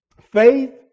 Faith